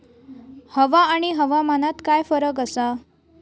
हवा आणि हवामानात काय फरक असा?